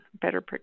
better